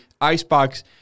Icebox